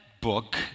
book